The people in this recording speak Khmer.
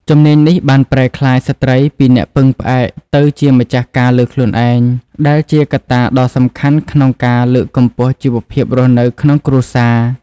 ជំនាញនេះបានប្រែក្លាយស្ត្រីពីអ្នកពឹងផ្អែកឲ្យទៅជាម្ចាស់ការលើខ្លួនឯង ដែលជាកត្តាដ៏សំខាន់ក្នុងការលើកកម្ពស់ជីវភាពរស់នៅក្នុងគ្រួសារ។